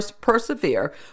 persevere